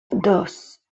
dos